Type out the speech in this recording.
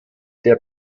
der